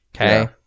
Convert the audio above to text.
okay